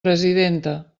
presidenta